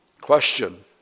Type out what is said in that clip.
Question